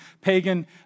pagan